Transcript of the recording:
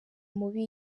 mubi